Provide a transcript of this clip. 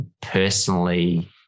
personally